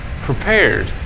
Prepared